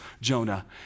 Jonah